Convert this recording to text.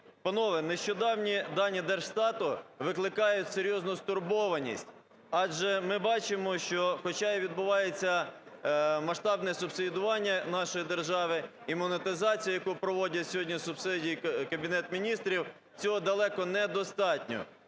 Панове, нещодавні даніДержстату викликають серйозну стурбованість, адже ми бачимо, що хоча і відбувається масштабне субсидіювання нашої держави і монетизація, яку проводить сьогодні – субсидій – Кабінет Міністрів, цього далеко недостатньо.